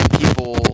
people